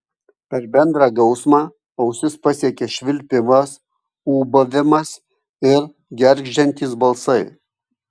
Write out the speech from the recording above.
per bendrą gausmą ausis pasiekė švilpimas ūbavimas ir gergždžiantys balsai